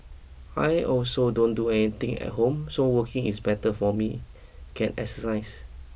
I also don't do anything at home so working is better for me can exercise